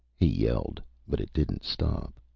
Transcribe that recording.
he yelled. but it didn't stop.